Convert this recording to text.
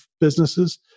businesses